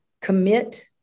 commit